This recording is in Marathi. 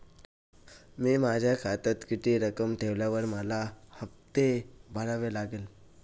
मी माझ्या खात्यात किती रक्कम ठेवल्यावर मला टॅक्स भरावा लागेल?